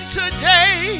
today